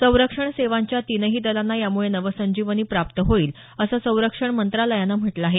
संरक्षण सेवांच्या तीनही दलांना यामुळे नवसंजीवनी प्राप्त होईल असं संरक्षण मंत्रालयानं म्हटलं आहे